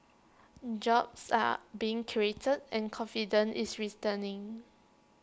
jobs are being created and confidence is race turning